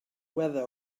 weather